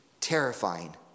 Terrifying